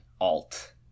alt